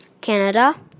Canada